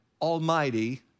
Almighty